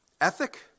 ethic